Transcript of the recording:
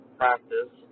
practice